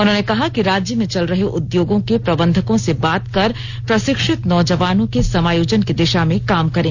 उन्होंने कहा कि राज्य में चल रहे उद्योगों के प्रबंधकों से बात कर प्रशिक्षित नौजवानों के समायोजन की दिशा में काम करें